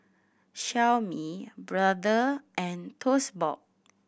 Xiaomi Brother and Toast Box